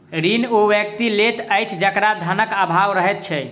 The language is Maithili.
ऋण ओ व्यक्ति लैत अछि जकरा धनक आभाव रहैत छै